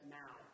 now